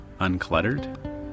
uncluttered